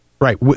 Right